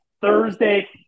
Thursday